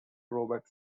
robert